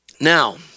Now